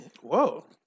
whoa